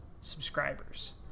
subscribers